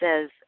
says